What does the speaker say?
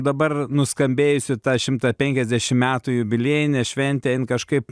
dabar nuskambėjusi tą šimtą penkiasdešim metų jubiliejinė šventė jin kažkaip